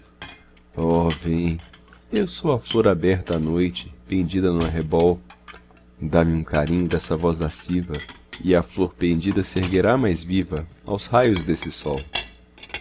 vem eu sou a flor aberta à noite pendida no arrebol dá-me um carinho dessa voz lasciva e a flor pendida serguerá mais viva aos raios desse sol